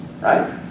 Right